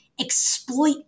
exploit